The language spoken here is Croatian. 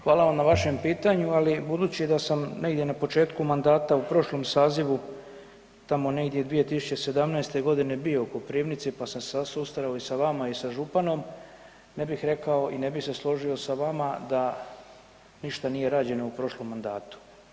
Hvala vam na vašem pitanju, ali budući da sam negdje na početku mandata u prošlom sazivu, tamo gdje 2017. g. bio u Koprivnici pa sam se susreo i sa vama i sa županom, ne bih rekao i ne bih se složio sa vama da ništa nije rađeno u prošlom mandatu.